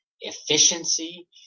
efficiency